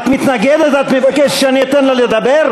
את מתנגדת ואת מבקשת שאני אתן לה לדבר?